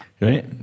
Right